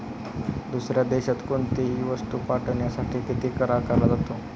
दुसऱ्या देशात कोणीतही वस्तू पाठविण्यासाठी किती कर आकारला जातो?